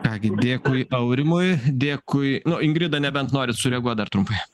ką gi dėkui aurimui dėkui nu ingrida nebent norit sureaguot dar trumpai